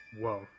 Whoa